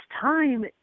time